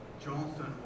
Johnson